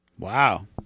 Wow